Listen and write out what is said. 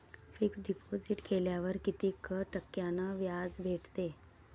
Fix deposit केल्यावर कितीक टक्क्यान व्याज भेटते?